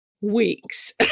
weeks